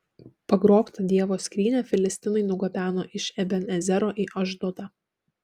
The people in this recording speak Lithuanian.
pagrobtą dievo skrynią filistinai nugabeno iš eben ezero į ašdodą